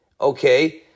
Okay